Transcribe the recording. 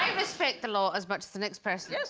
respect the law as much as the next person. yes,